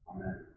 Amen